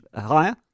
higher